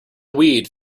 weed